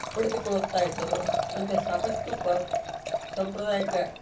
ಪಡೆದುಕೊಳ್ಳುತ್ತ ಇದ್ದರು ಅಂತೆಯೇ ಸಾಕಷ್ಟು ಬ ಸಾಂಪ್ರದಾಯಿಕ